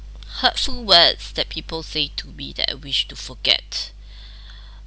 hurtful words that people say to me that I wish to forget